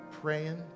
praying